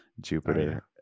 Jupiter